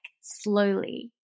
slowly